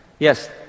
Yes